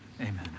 Amen